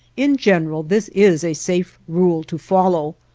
in general this is a safe rule to follow,